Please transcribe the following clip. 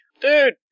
dude